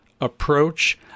approach